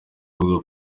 avuga